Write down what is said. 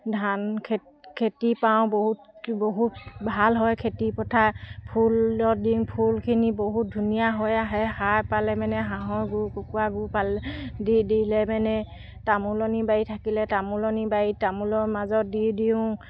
ধান খেতি পাওঁ বহুত বহুত ভাল হয় খেতি পথাৰ ফুলত দিওঁ ফুলখিনি বহুত ধুনীয়া হৈ আহে সাৰ পালে মানে হাঁহৰ গু কুকুৰাৰ গু দি দিলে মানে তামোলনী বাৰি থাকিলে তামোলনী বাৰীত তামোলৰ মাজত দি দিওঁ